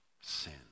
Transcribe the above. sin